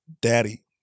Daddy